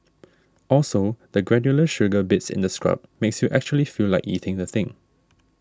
also the granular sugar bits in the scrub makes you actually feel like eating the thing